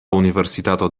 universitato